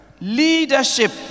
Leadership